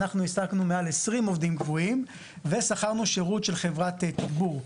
אנחנו העסקנו מעל 20 עובדים קבועים ושכרנו שירות של חברת תגבור,